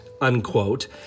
unquote